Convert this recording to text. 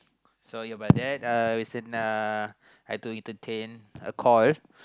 sorry about that uh it's in a uh I told you to take a call